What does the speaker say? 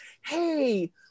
hey